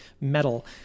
metal